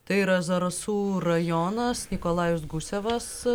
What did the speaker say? tai yra zarasų rajonas nikolajus gusevas